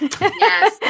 Yes